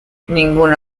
ningún